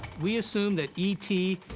we assume that e t.